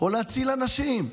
זה יכול להציל אנשים.